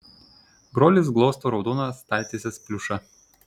brolis glosto raudoną staltiesės pliušą